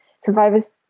Survivors